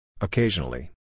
Occasionally